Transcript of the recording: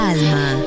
Alma